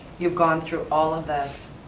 you've gone through all of this,